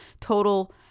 total